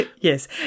Yes